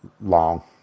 long